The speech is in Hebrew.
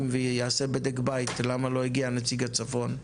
ויעשה בדק בית למה לא הגיע נציג הצפון?.